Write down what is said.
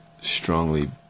strongly